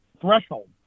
threshold